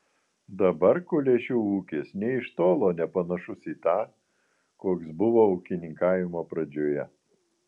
dabar kulėšių ūkis nė iš tolo nepanašus į tą koks buvo ūkininkavimo pradžioje